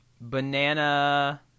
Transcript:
Banana